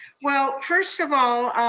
well, first of all,